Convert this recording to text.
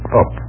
up